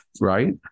Right